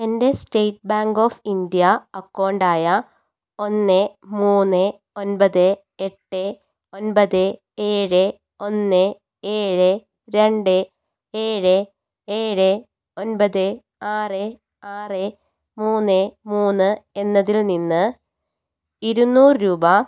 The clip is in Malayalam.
എൻ്റെ സ്റ്റേറ്റ് ബാങ്ക് ഓഫ് ഇന്ത്യ അക്കൗണ്ടായ ഒന്ന് മൂന്ന് ഒൻപത് എട്ട് ഒൻപത് ഏഴ് ഒന്ന് ഏഴ് രണ്ട് ഏഴ് ഏഴ് ഒൻപത് ആറ് ആറ് മൂന്ന് മൂന്ന് എന്നതിൽ നിന്ന് ഇരുന്നൂറ് രൂപ